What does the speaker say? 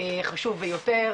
זה חשוב ביותר.